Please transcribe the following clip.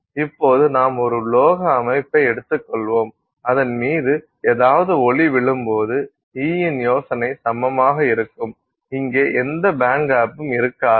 இப்போது நாம் ஒரு உலோக அமைப்பை எடுத்துக்கொள்வோம் அதன் மீது ஏதாவது ஒளி விழும்போது E இன் யோசனை சமமாக இருக்கும் இங்கே எந்த பேண்ட்கேப்பும் இருக்காது